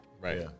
Right